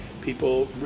people